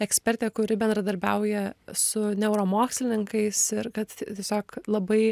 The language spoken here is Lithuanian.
ekspertė kuri bendradarbiauja su neuromokslininkais ir kad tiesiog labai